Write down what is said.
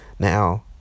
Now